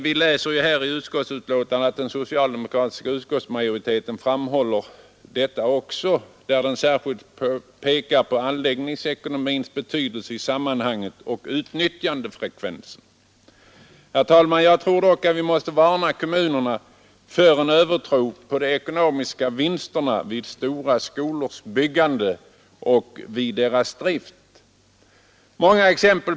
Detta framhåller också den socialdemokratiska utskottsmajoriteten. Man pekar 31 särskilt på anläggningsekonomins betydelse i sammanhanget och på utnyttjandefrekvensen. Jag tror dock att vi måste varna kommunerna för att hysa en övertro på de ekonomiska vinsterna vid byggande och drift av stora skolor.